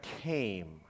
came